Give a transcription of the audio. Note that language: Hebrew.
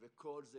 וכל זה,